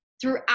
throughout